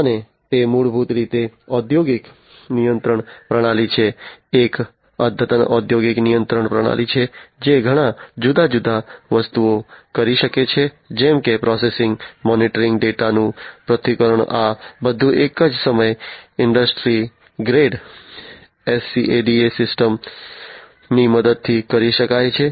અને તે મૂળભૂત રીતે ઔદ્યોગિક નિયંત્રણ પ્રણાલી છે એક અદ્યતન ઔદ્યોગિક નિયંત્રણ પ્રણાલી છે જે ઘણી જુદી જુદી વસ્તુઓ કરી શકે છે જેમ કે પ્રોસેસિંગ મોનિટરિંગ ડેટાનું પૃથ્થકરણ આ બધું એક જ સમયે ઇન્ડસ્ટ્રી ગ્રેડ SCADA સિસ્ટમની મદદથી કરી શકાય છે